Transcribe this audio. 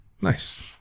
Nice